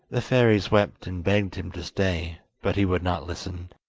the fairies wept and begged him to stay, but he would not listen,